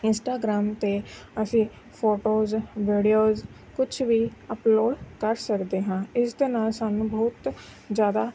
Instagram 'ਤੇ ਅਸੀਂ photos videos ਕੁਛ ਵੀ ਅਪਲੋਡ ਕਰ ਸਕਦੇ ਹਾਂ ਇਸ ਦੇ ਨਾਲ ਸਾਨੂੰ ਬਹੁਤ ਜ਼ਿਆਦਾ